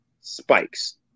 spikes